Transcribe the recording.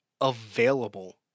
available